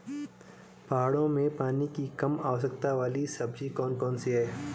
पहाड़ों में पानी की कम आवश्यकता वाली सब्जी कौन कौन सी हैं?